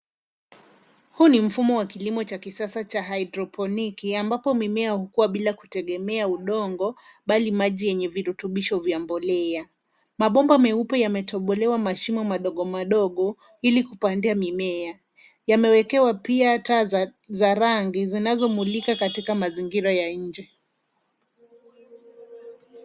Huu ni mfumo wa kilimo cha kisasa cha haidroponiki, ambapo mimea hukua bila kutegemea udongo bali maji yenye virutubisho vya mbolea. Mabomba meupe yametobolewa mashimo madogomadogo ili kupandia mimea. Yameekewa pia taa za rangi zinazomulika katika mazingira ya nje.